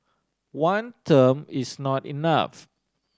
one term is not enough